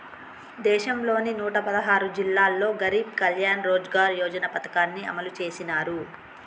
దేశంలోని నూట పదహారు జిల్లాల్లో గరీబ్ కళ్యాణ్ రోజ్గార్ యోజన పథకాన్ని అమలు చేసినారు